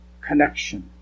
connection